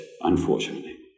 unfortunately